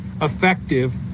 effective